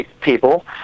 People